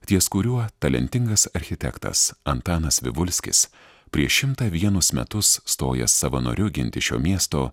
ties kuriuo talentingas architektas antanas vivulskis prieš šimtą vienus metus stojęs savanoriu ginti šio miesto